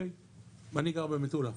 אני גר במטולה,